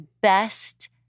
best